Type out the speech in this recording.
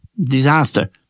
Disaster